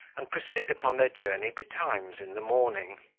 and proceed upon their journey betimes in the morning.